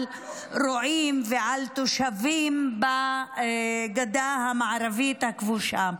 רועים ועל תושבים בגדה המערבית הכבושה.